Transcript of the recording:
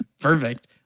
Perfect